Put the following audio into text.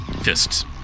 Fists